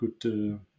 good